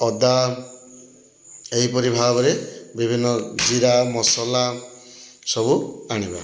ଅଦା ଏହିପରି ଭାବରେ ବିଭିନ୍ନ ଜିରା ମସଲା ସବୁ ଆଣିବା